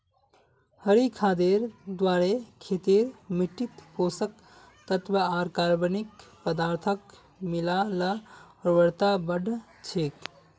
हरी खादेर द्वारे खेतेर मिट्टित पोषक तत्त्व आर कार्बनिक पदार्थक मिला ल उर्वरता बढ़ छेक